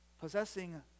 Possessing